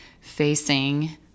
facing